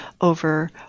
over